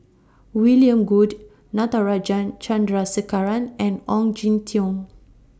William Goode Natarajan Chandrasekaran and Ong Jin Teong